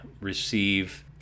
receive